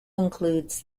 includes